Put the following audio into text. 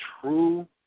true